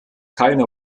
keine